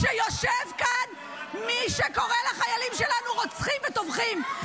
-- כשיושב כאן מי שקורא לחיילים שלנו רוצחים וטובחים.